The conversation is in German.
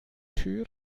tür